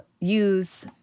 use